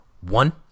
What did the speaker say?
one